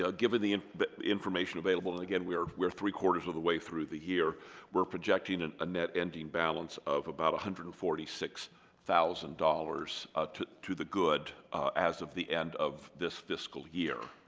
so given the and information available and again we are where three-quarters of the way through the year we're projecting and a net ending balance of about one hundred and forty six thousand dollars to to the good as of the end of this fiscal year